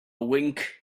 wink